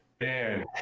man